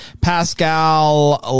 Pascal